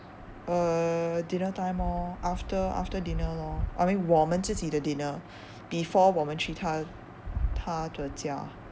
uh dinner time orh after after dinner lor I mean 我们自己的 dinner before 我们去他他的家